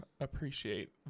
appreciate